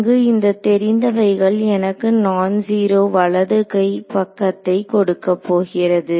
இங்கு இந்த தெரிந்தவைகள் எனக்கு நான் ஜீரோ வலதுகை பக்கத்தை கொடுக்கப்போகிறது